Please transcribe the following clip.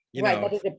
Right